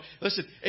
Listen